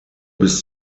bis